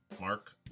Mark